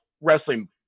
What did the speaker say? wrestling